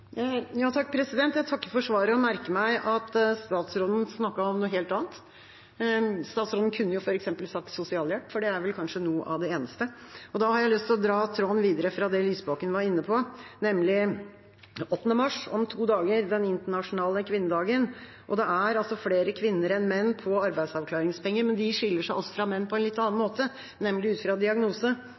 Jeg takker for svaret og merker meg at statsråden snakker om noe helt annet. Statsråden kunne jo f.eks. sagt sosialhjelp, for det er vel kanskje noe av det eneste. Da har jeg lyst til å dra tråden videre fra det Lysbakken var inne på, nemlig 8. mars – om to dager – den internasjonale kvinnedagen. Det er flere kvinner enn menn på arbeidsavklaringspenger, men de skiller seg også fra menn på en litt annen måte, nemlig ut fra diagnose.